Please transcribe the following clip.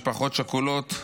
משפחות שכולות.